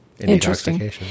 Interesting